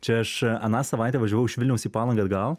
čia aš aną savaitę važiavau iš vilniaus į palangą atgal